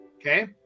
Okay